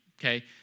okay